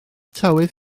tywydd